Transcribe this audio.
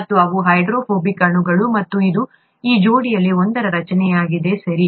ಮತ್ತು ಇವು ಹೈಡ್ರೋಫೋಬಿಕ್ ಅಣುಗಳು ಮತ್ತು ಇದು ಈ ಜೋಡಿಯಲ್ಲಿ ಒಂದರ ರಚನೆಯಾಗಿದೆ ಸರಿ